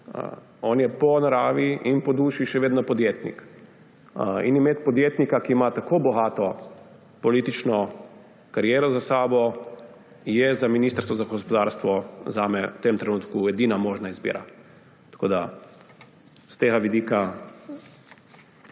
On je po naravi in po duši še vedno podjetnik. In imeti podjetnika, ki ima tako bogato politično kariero za sabo, na ministrstvu za gospodarstvo je zame v tem trenutku edina možna izbira. Pa še župan je bil.